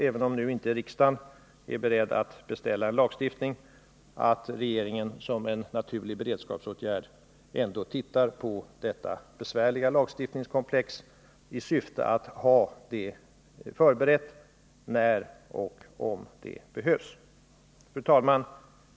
Även om nu inte riksdagen är beredd att beställa en lagstiftning, så kan regeringen som en naturlig beredskapsåtgärd titta på detta besvärliga lagstiftningskomplex i syfte att ha en lagstiftning förberedd när och om den behövs. Fru talman!